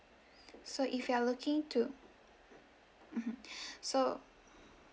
so if you're looking to mmhmm so